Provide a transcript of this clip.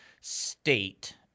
state